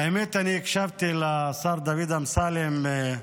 האמת, הקשבתי לשר דוד אמסלם,